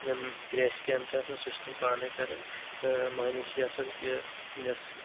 یِمہٕ کریچھہِ کامہِ چھ آسان سُہ چھُ تِم پانے کران تہِ مٔہنوِس چھ آسان تہِ یۄس